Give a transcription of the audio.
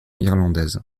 irlandaise